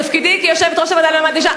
בתפקידי כיושבת-ראש הוועדה למעמד האישה,